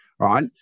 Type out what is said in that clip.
right